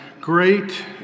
great